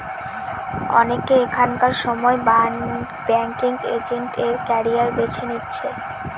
অনেকে এখনকার সময় ব্যাঙ্কিং এজেন্ট এর ক্যারিয়ার বেছে নিচ্ছে